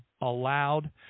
allowed